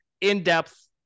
in-depth